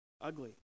ugly